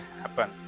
happen